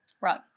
Right